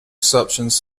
exceptions